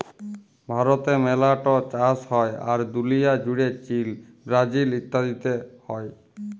ভারতে মেলা ট চাষ হ্যয়, আর দুলিয়া জুড়ে চীল, ব্রাজিল ইত্যাদিতে হ্য়য়